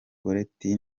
goretti